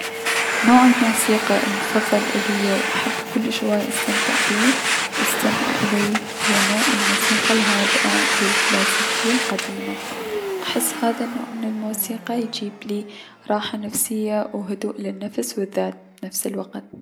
نوع الموسيقى المفضل اليا و احبه كلش هواية و استمتع بيه و استمع اليه هو نوع الموسيقى الهادئة و الكلاسيكية القديمة، احس انو هذا النوع من الموسيقى يجيبلي راحة نفسية و هدوء للنفس و الذات بنفس الوقت.